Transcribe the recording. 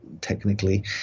technically